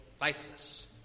lifeless